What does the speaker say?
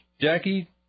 Jackie